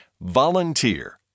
volunteer